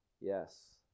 Yes